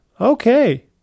Okay